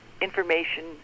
information